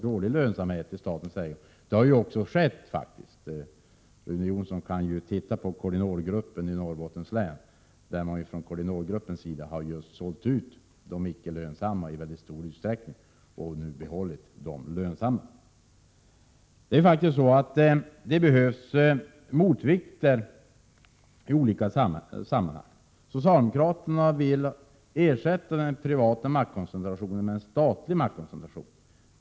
Rune Jonsson kan ju titta på Cordinorgruppen i Norrbottens län! Från Cordinorgruppen har man i stor utsträckning sålt ut just de icke lönsamma företagen och behållit de lönsamma företagen. Det behövs faktiskt motvikter i olika sammanhang. Socialdemokraterna vill ersätta den privata maktkoncentrationen med en statlig maktkoncentration.